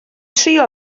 trio